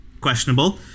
questionable